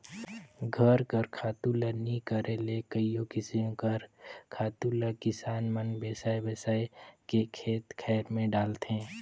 घर कर खातू ल नी करे ले कइयो किसिम कर खातु ल किसान मन बजार ले बेसाए बेसाए के खेत खाएर में डालथें